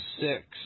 Six